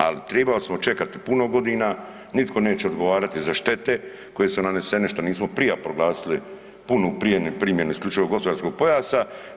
Ali tribali smo čekat puno godina, nitko neće odgovarati za štete koje su nanesene što nismo prije proglasili, puno prije primjenu isključivog gospodarskog pojasa.